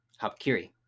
Hapkiri